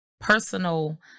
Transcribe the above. personal